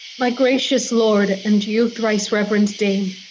my gracious lord, and you, thrice reverend dame,